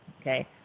okay